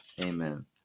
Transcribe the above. amen